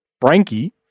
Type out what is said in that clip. Frankie